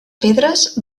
pedres